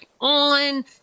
on